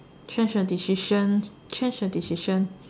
change a decision change a decision